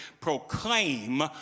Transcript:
proclaim